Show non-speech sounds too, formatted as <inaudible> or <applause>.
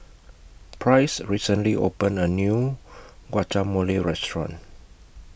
Price recently opened A New <noise> Guacamole Restaurant